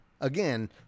again